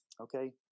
Okay